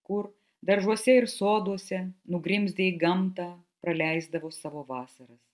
kur daržuose ir soduose nugrimzdę į gamtą praleisdavo savo vasaras